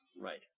Right